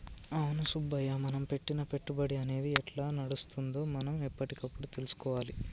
అవును సుబ్బయ్య మనం పెట్టిన పెట్టుబడి అనేది ఎట్లా నడుస్తుందో మనం ఎప్పటికప్పుడు తెలుసుకోవాలి